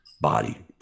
body